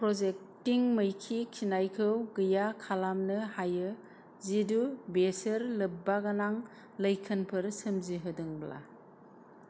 प्र'जेक्टिं मैखि खिनायखौ गैया खालामनो हायो जिदु बेसोर लोब्बागोनां लैखोनफोर सोमजिहोदोंब्ला